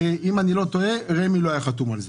ואם אני לא טועה, רמ"י לא היו חתומים על זה.